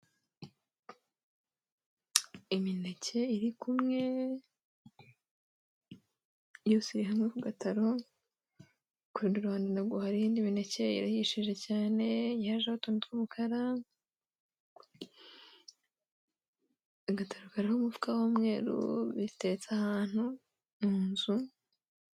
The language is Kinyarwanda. Imineke iri kumwe yose iri hamwe ku gataro, ku rundi ruhande na rwo hariho indi mineke irahishije cyane yajeho utuntu tw'umukara, agataro kariho umufuka w'umweru, biteretse ahantu mu nzu.